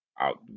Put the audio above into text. Out